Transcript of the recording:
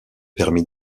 permis